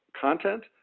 content